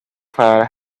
fire